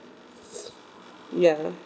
ya